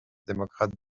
démocrate